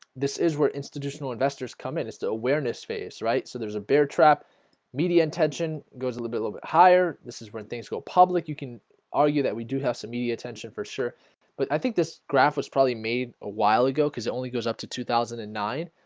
this is where institutional investors come in it's the awareness phase right so there's a bear trap media attention goes a little bit little bit higher this is where things go public you can argue that we do have some media attention for sure but i think this graph was probably made a while ago because it only goes up to two thousand and nine